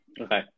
Okay